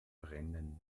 brennen